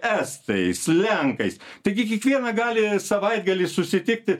estais lenkais taigi kiekvieną gali savaitgalį susitikti